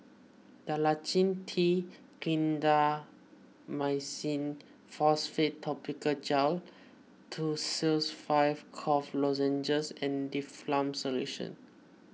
Dalacin T Clindamycin Phosphate Topical Gel Tussils five Cough Lozenges and Difflam Solution